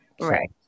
Right